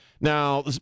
Now